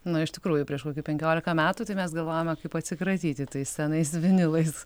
na iš tikrųjų prieš kokį penkiolika metų tai mes galvojome kaip atsikratyti tais senais vinilais